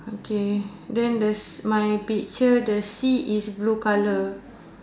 okay then the my picture the sea is blue colour